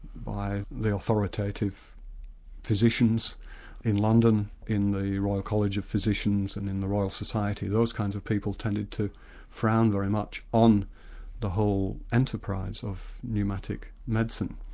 by the authoritative physicians in london in the royal college of physicians and in the royal society, those kinds of people tended to frown very much on the whole enterprise of pneumatic medicine.